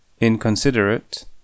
Inconsiderate